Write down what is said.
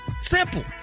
Simple